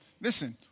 Listen